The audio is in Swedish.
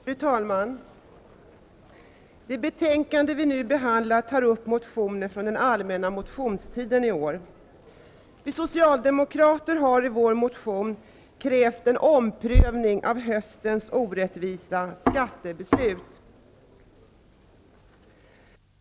Fru talman! Det betänkande vi nu behandlar tar upp motioner från den allmänna motionstiden i år. Vi socialdemokrater har i vår motion krävt en omprövning av höstens orättvisa skattebeslut.